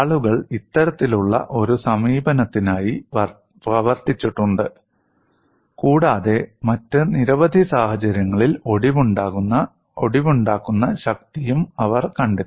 ആളുകൾ ഇത്തരത്തിലുള്ള ഒരു സമീപനത്തിനായി പ്രവർത്തിച്ചിട്ടുണ്ട് കൂടാതെ മറ്റ് നിരവധി സാഹചര്യങ്ങളിൽ ഒടിവുണ്ടാക്കുന്ന ശക്തിയും അവർ കണ്ടെത്തി